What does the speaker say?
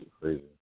crazy